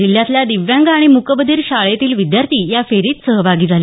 जिल्ह्यातल्या दिव्यांग आणि मूकबधिर शाळेतील विद्यार्थी या फेरीत सहभागी झाले